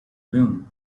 loom